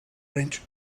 wrench